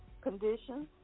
conditions